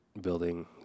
building